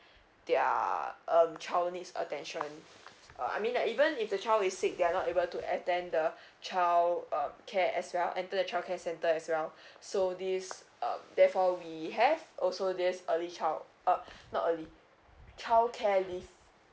their uh child needs attention uh I mean that even if the child is sick they are not able to attend the child uh care as well enter the childcare centre as well so this uh therefore we have also this early child uh not early childcare leave